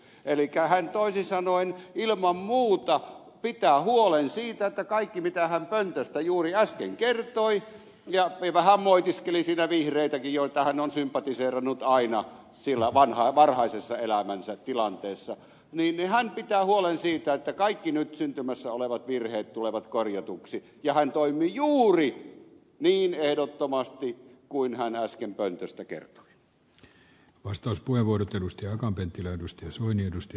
elikkä hän toisin sanoen ilman muuta pitää huolen siitä että kaikki nyt syntymässä olevat virheet jotka hän pöntöstä juuri äsken kertoi ja vähän moitiskeli siinä vihreitäkin joita hän on sympatiseerannut aina siellä varhaisessa elämänsä tilanteessa lihan pitää huolen siitä että kaikki nyt syntymässä olevat virheet tulevat korjatuiksi ja hän toimii juuri niin ehdottomasti kuin hän äsken pöntöstä kertoi